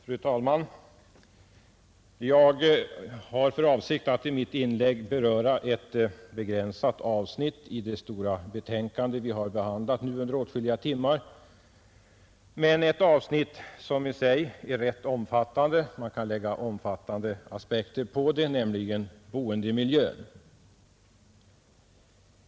Fru talman! Jag har för avsikt att i mitt inlägg beröra ett begränsat avsnitt i det stora betänkande vi nu behandlat under åtskilliga timmar. Men det är ett avsnitt som i sig är rätt omfattande, nämligen boendemiljön — man kan faktiskt lägga omfattande aspekter på det.